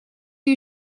you